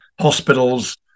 hospitals